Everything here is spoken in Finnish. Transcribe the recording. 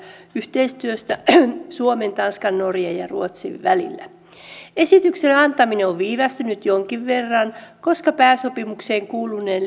yhteistyöstä suomen tanskan norjan ja ruotsin välillä esityksen antaminen on viivästynyt jonkin verran koska pääsopimukseen kuuluneen